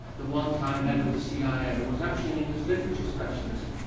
the one-time head of the cia, was actually an english literature specialist.